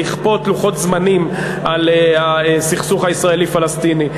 לכפות לוחות זמנים על הסכסוך הישראלי-פלסטיני.